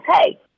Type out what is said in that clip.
hey